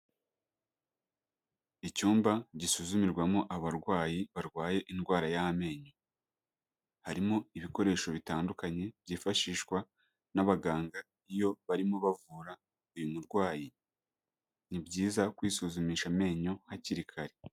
Icyumba gisuzumirwamo abarwayi barwaye indwara y'amenyo. Harimo ibikoresho bitandukanye, byifashishwa n'abaganga iyo barimo bavura uyu murwayi. Ni byiza kwisuzumisha amenyo hakiri kare.